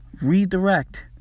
Redirect